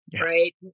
right